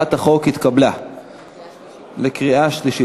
הצעת החוק התקבלה בקריאה שלישית.